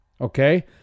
okay